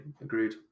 Agreed